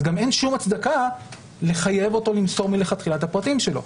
גם אין שום הצדקה לחייב אותו למסור מלכתחילה את הפרטים שלו.